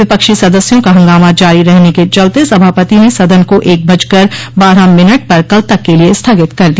विपक्षी सदस्यों का हंगामा जारी रहने के चलते सभापति ने सदन को एक बजकर बारह मिनट पर कल तक के लिये स्थगित कर दिया